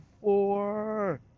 four